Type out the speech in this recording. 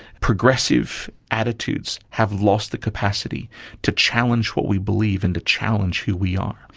progressive attitudes have lost the capacity to challenge what we believe and to challenge who we are.